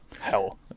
Hell